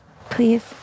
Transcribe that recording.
Please